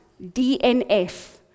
DNF